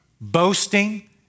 boasting